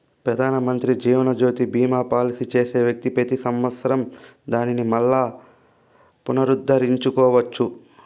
పెదానమంత్రి జీవనజ్యోతి బీమా పాలసీ చేసే వ్యక్తి పెతి సంవత్సరం దానిని మల్లా పునరుద్దరించుకోవచ్చు